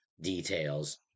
details